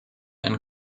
and